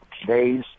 today's